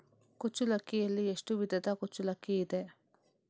ಕುಚ್ಚಲಕ್ಕಿಯಲ್ಲಿ ಎಷ್ಟು ವಿಧದ ಕುಚ್ಚಲಕ್ಕಿ ಇದೆ?